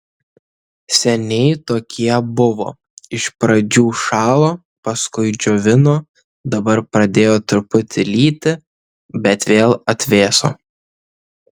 seniai tokie buvo iš pradžių šalo paskui džiovino dabar pradėjo truputį lyti bet vėl atvėso